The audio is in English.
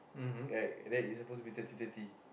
right right it was suppose to be thirty thirty